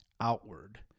outward